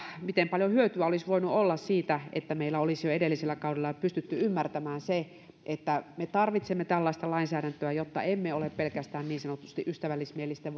miten paljon hyötyä olisi voinut olla siitä että meillä olisi jo edellisellä kaudella pystytty ymmärtämään se että me tarvitsemme tällaista lainsäädäntöä jotta emme ole pelkästään niin sanotusti ystävällismielisten